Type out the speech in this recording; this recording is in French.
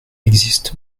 existe